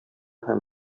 һәм